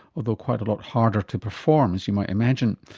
although quite a lot harder to perform, as you might imagine.